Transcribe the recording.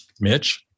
Mitch